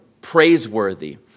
praiseworthy